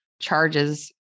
charges